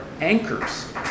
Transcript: anchors